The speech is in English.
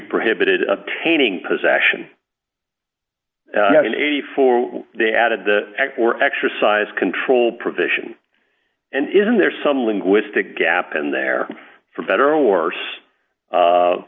prohibited obtaining possession in eighty four they added the ecb or exercise control provision and isn't there some linguistic gap in there for better or worse